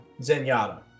Zenyatta